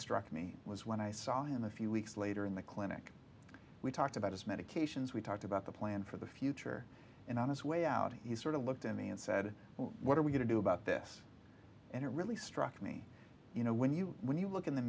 struck me was when i saw him a few weeks later in the clinic we talked about his medications we talked about the plan for the future and on his way out he sort of looked at me and said what are we going to do about this and it really struck me you know when you when you look in the